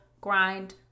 grind